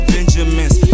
Benjamins